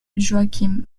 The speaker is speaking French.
joachim